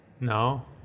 No